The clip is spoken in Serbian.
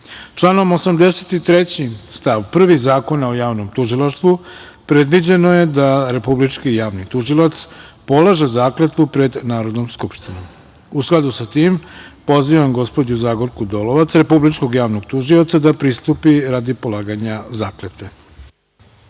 83. stav 1. Zakonom o javnom tužilaštvu predviđeno je da Republički javni tužilac polaže zakletvu pred Narodnom skupštinom.U skladu sa tim, pozivam gospođu Zagorku Dolovac, Republičkog javnog tužioca da pristupi radi polaganja